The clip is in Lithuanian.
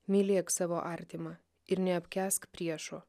mylėk savo artimą ir neapkęsk priešo